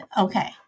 Okay